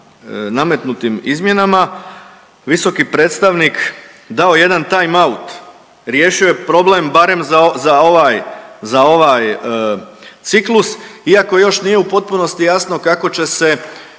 nametnutim izmjenama visoki predstavnik dao jedan time out, riješio je problem barem za ovaj ciklus, iako još nije u potpunosti jasno kako će se